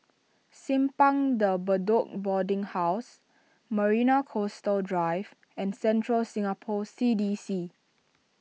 Simpang De Bedok Boarding House Marina Coastal Drive and Central Singapore C D C